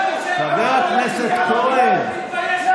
חבר הכנסת אלי כהן.